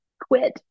quit